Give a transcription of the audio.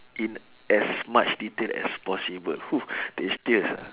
in as much detail as possible !woo! tastiest ah